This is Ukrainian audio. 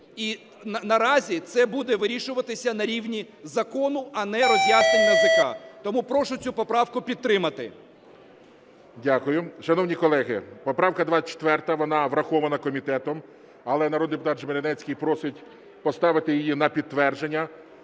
І наразі це буде вирішуватися на рівні закону, а не роз'яснень НАЗК. Тому прошу цю поправку підтримати. ГОЛОВУЮЧИЙ. Дякую. Шановні колеги, поправка 24, вона врахована комітетом. Але народний депутат Жмеренецький просить поставити її на підтвердження.